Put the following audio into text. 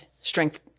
strength